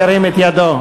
ירים את ידו.